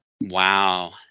wow